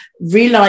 realize